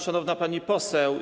Szanowna Pani Poseł!